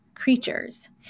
creatures